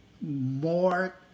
more